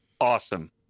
awesome